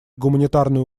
гуманитарные